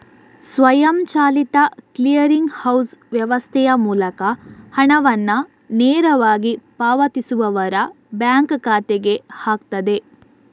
ಸ್ವಯಂಚಾಲಿತ clearing house ವ್ಯವಸ್ಥೆಯ ಮೂಲಕ ಹಣವನ್ನ ನೇರವಾಗಿ ಪಾವತಿಸುವವರ ಬ್ಯಾಂಕ್ ಖಾತೆಗೆ ಹಾಕ್ತದೆ